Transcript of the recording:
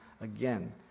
again